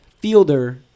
fielder